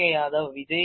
Yadav Vijay A